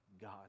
God